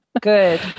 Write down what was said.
good